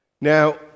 Now